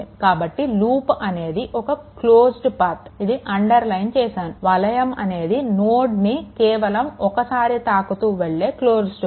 కాబట్టి లూప్ అనేది ఒక క్లోజ్డ్ పాత్ ఇది అండర్లైన్ చేశాను వలయము అనేది నోడ్ని కేవలం ఒకసారి తాకుతూ వెళ్ళే క్లోజ్డ్ పాత్